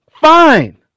fine